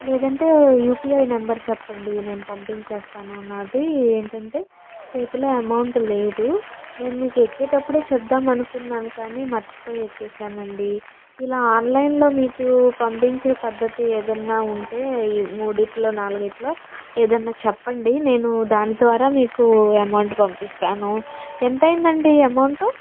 లేదంటే UPI number చెప్పండి నేను పంపించేస్తాను నాది ఏంటంటే చేతిలో అమౌంట్ లేదు నేను మీకు ఎక్కేటప్పుడే చెబుదామని అనుకున్నాను కానీ మర్చిపోయి ఎక్కేసాను అండి ఇలా ఆన్లైన్లో మీకు పంపించే పద్ధతి ఏదైనా ఉంటే ఈ మూడింటిలో నాలుగింటిలో ఏదైనా చెప్పండి నేను దాని ద్వారా మీకు అమౌంట్ పంపిస్తాను అంత అయింది అండి అమౌంట్